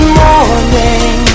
morning